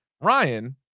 Ryan